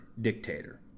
dictator